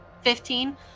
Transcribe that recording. Fifteen